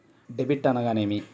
Debit అనగానేమి?